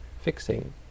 fixing